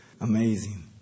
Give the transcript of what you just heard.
Amazing